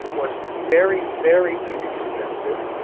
was very, very inexpensive,